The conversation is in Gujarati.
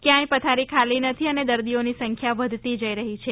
ક્યાંય પથારી ખાલી નથી અને દર્દીઓની સંખ્યા વધતી જઈ રહી છે